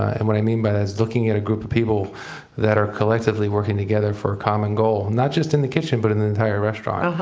and what i mean by that is looking at a group of people who are collectively working together for a common goal, not just in the kitchen but in the entire restaurant